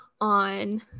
on